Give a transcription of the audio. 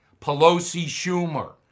Pelosi-Schumer